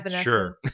Sure